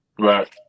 Right